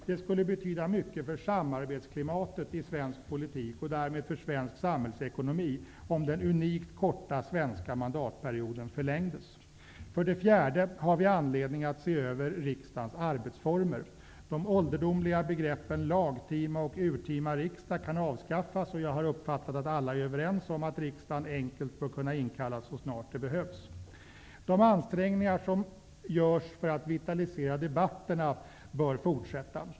Det skulle betyda mycket för samarbetsklimatet i svensk politik och därmed för svensk samhällsekonomi, om den unikt korta svenska mandatperioden förlängdes. För det fjärde har vi anledning att se över riksdagens arbetsformer. De ålderdomliga begreppen lagtima och urtima riksdag kan avskaffas. Jag har uppfattat att alla är överens om att riksdagen enkelt bör kunna inkallas så snart det behövs. De ansträngningar som görs för att vitalisera debatterna bör fortsätta.